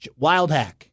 Wildhack